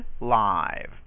live